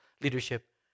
leadership